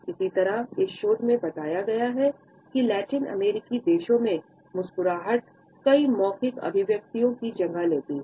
इसी तरह इस शोध में बताया गया है कि लैटिन अमेरिकी देशों में मुस्कुराहट कई मौखिक अभिव्यक्तियों की जगह लेती है